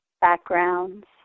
backgrounds